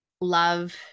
love